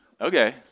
Okay